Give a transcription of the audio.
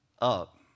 up